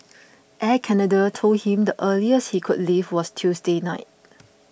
Air Canada told him the earliest he could leave was Tuesday night